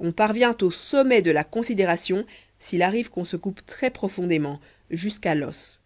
on parvient au sommet de la considération s'il arrive qu'on se coupe très profondément jusqu'à l'os